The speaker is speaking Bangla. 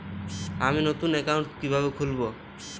আমি নতুন অ্যাকাউন্ট কিভাবে খুলব?